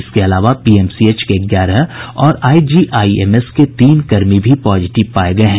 इसके अलावा पीएमसीएच के ग्यारह और आईजीआईएमएस के तीन कर्मी भी पॉजिटिव पाये गये हैं